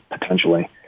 potentially